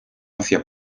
hacia